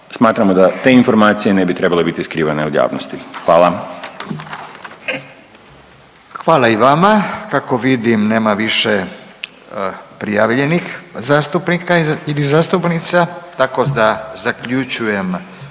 Smatramo da te informacije ne bi trebala biti skrivane od javnosti. Hvala. **Radin, Furio (Nezavisni)** Hvala i vama. Kako vidim, nema više prijavljenih zastupnika ili zastupnica, tako da zaključujem